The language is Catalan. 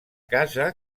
casa